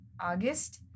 August